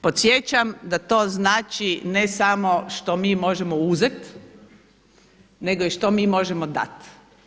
Podsjećam da to znači ne samo što mi možemo uzeti, nego i što mi možemo dati.